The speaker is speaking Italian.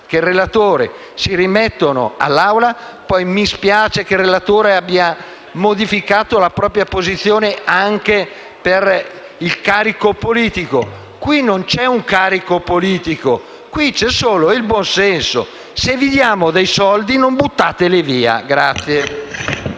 che il relatore si rimettano all'Aula. Mi dispiace che il relatore abbia modificato la propria posizione anche per il carico politico. Qui non c'è un carico politico, qui c'è solo il buonsenso: vi diamo dei soldi, non buttateli via.